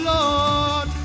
Lord